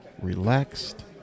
relaxed